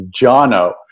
Jono